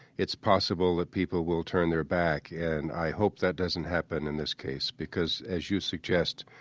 it's possible that people will turn their back. and i hope that doesn't happen in this case. because, as you suggest,